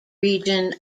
region